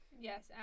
Yes